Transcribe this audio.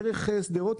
דרך שדרות,